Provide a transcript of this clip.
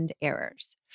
errors